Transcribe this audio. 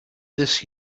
this